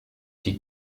die